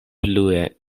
plue